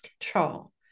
control